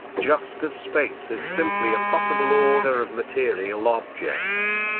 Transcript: just as space is simply a possible order of material objects,